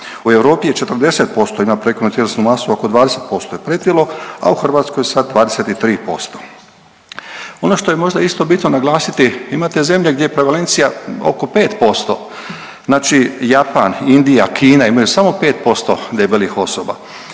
U Europi je 40% ima prekomjernu tjelesnu masu, a oko 20% je pretilo, a u Hrvatskoj sad 23%. Ono što je možda isto bitno naglasiti imate zemlje je prevalencija oko 5%. Znači Japan, Indija, Kina imaju samo 5% debelih osoba,